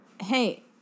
hey